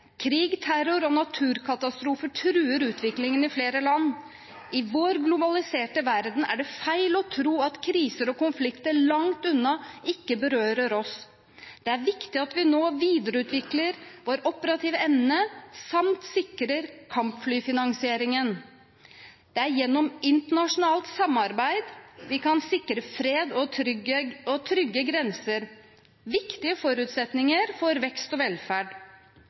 Krig, terror og naturkatastrofer truer utviklingen i flere land. I vår globaliserte verden er det feil å tro at kriser og konflikter langt unna ikke berører oss. Det er viktig at vi nå videreutvikler vår operative evne samt sikrer kampflyfinansieringen. Det er gjennom internasjonalt samarbeid vi kan sikre fred og trygge grenser – viktige forutsetninger for vekst og velferd.